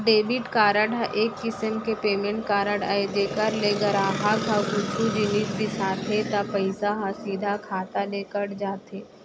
debit card ह एक किसम के पेमेंट कारड अय जेकर ले गराहक ह कुछु जिनिस बिसाथे त पइसा ह सीधा खाता ले कट जाथे